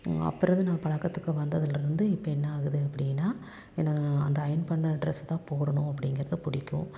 அப்போருந்து நான் பழக்கத்துக்கு வந்ததில் இருந்து இப்போ என்ன ஆகுது அப்படின்னா என்ன அந்த அயர்ன் பண்ண ட்ரெஸ்ஸை தான் போடணும் அப்படிங்கிறது பிடிக்கும்